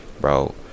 bro